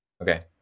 Okay